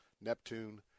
Neptune